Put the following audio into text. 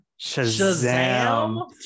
Shazam